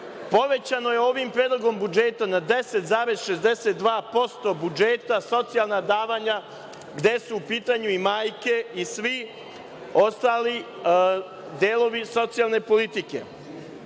Povećano je ovim Predlogom budžeta na 10,62% budžeta socijalna davanja, gde su u pitanju i majke i svi ostali delovi socijalne politike. Nikad